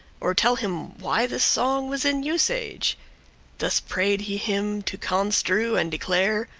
or tell him why this song was in usage this pray'd he him to construe and declare,